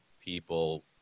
people